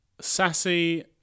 Sassy